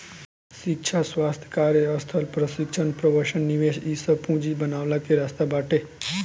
शिक्षा, स्वास्थ्य, कार्यस्थल प्रशिक्षण, प्रवसन निवेश इ सब पूंजी बनवला के रास्ता बाटे